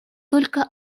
только